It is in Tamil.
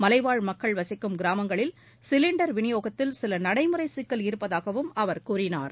மலைவாழ் மக்கள் வசிக்கும் கிராமங்களில் சிலிண்டர் விநியோகத்தில் சில நடைமுறை சிக்கல் இருப்பதாகவும் அவர் கூறினார்